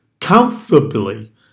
comfortably